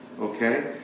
Okay